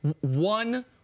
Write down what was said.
one